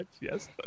yes